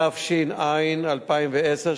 התש"ע 2010,